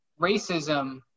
racism